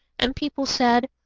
and people said,